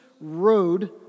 road